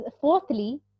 Fourthly